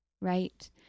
right